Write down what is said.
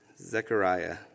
Zechariah